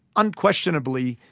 unquestionably,